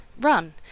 run